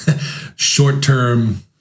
short-term